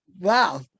wow